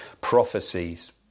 prophecies